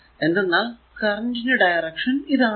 എന്തെന്നാൽ കറന്റ് ന്റെ ഡയറൿഷൻ ഇതാണ്